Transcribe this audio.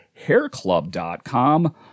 hairclub.com